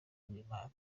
bw’imana